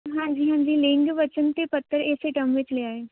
ਹਾਂਜੀ ਹਾਂਜੀ ਲਿੰਗ ਵਚਨ ਅਤੇ ਪੱਤਰ ਇਸੇ ਟਰਮ ਵਿੱਚ ਲਿਆ ਹੈ